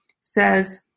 says